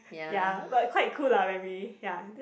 ya but quite cool lah when we ya